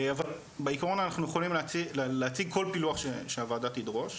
אבל בעיקרון אנחנו יכולים להציג כל פילוח שהוועדה תדרוש.